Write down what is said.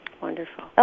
wonderful